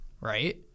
right